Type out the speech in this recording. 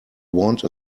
want